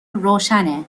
روشنه